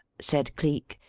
said cleek.